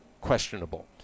questionable